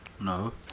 no